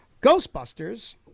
Ghostbusters